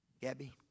Gabby